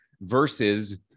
Versus